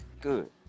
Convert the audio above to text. Good